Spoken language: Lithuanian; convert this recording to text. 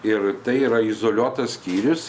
ir tai yra izoliuotas skyrius